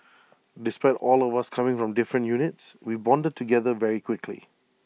despite all of us coming from different units we bonded together very quickly